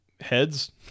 Heads